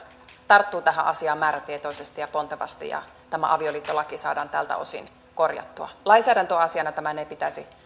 tarttuu tähän asiaan määrätietoisesti ja pontevasti ja tämä avioliittolaki saadaan tältä osin korjattua lainsäädäntöasiana tämän ei pitäisi